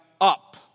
up